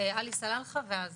חבר הכנסת עלי סלאלחה, בבקשה.